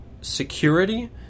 security